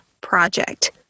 project